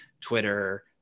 Twitter